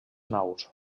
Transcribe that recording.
naus